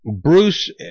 Bruce